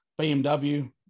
BMW